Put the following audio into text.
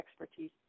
expertise